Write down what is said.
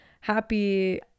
happy